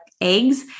eggs